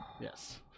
Yes